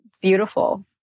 beautiful